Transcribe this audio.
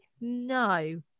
No